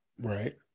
Right